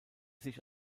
sich